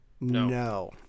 No